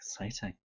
exciting